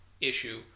issue